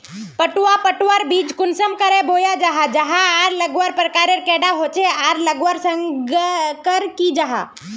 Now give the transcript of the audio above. पटवा पटवार बीज कुंसम करे बोया जाहा जाहा आर लगवार प्रकारेर कैडा होचे आर लगवार संगकर की जाहा?